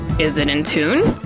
is it in tune?